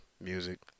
music